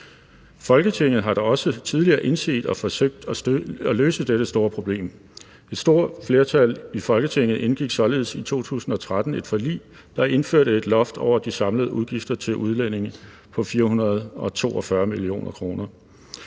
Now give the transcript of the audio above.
Folketinget har da også tidligere indset problemet og forsøgt at løse dette store problem. Det store flertal i Folketinget indgik således i 2013 et forlig, der indførte et loft over de samlede udgifter til udlændinge på 442 mio. kr.